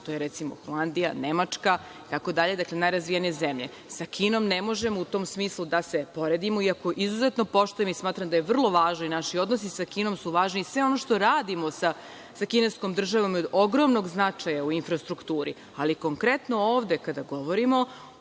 To su recimo, Holandija, Nemačka itd. Dakle, najrazvijenije zemlje. Sa Kinom ne možemo u tom smislu da se poredimo, iako izuzetno poštujem i smatram da su vrlo važni i naši odnosi sa Kinom i sve ono što radimo sa kineskom državom je od ogromnog značaja u infrastrukturi, ali konkretno ovde, kada govorimo,